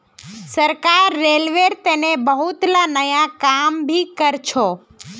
सरकार रेलवेर तने बहुतला नया काम भी करछ